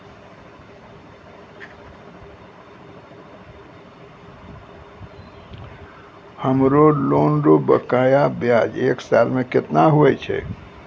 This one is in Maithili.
हमरो लोन रो बकाया ब्याज एक साल मे केतना हुवै छै?